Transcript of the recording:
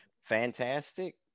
fantastic